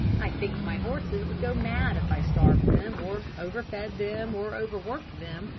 i think my horses would go mad if i starved them, or over-fed them, or over-worked them,